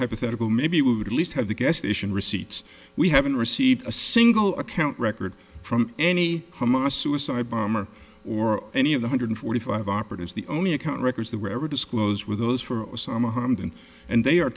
hypothetical maybe you would at least have the gas station receipts we haven't received a single account record from any hamas suicide bomber or any of the hundred forty five operatives the only account records that were ever disclosed with those for osama hamdan and they are